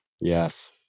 Yes